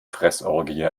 fressorgie